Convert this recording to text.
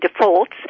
defaults